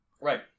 Right